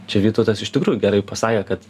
čia vytautas iš tikrųjų gerai pasakė kad